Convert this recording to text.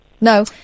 No